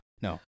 No